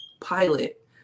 pilot